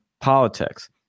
politics